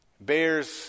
Bears